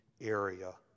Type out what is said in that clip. area